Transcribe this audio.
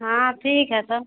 हाँ ठीक है सर